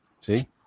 see